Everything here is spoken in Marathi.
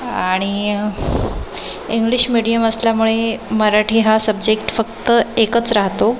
आणि इंग्लिश मीडियम असल्यामुळे मराठी हा सब्जेक्ट फक्त एकच राहतो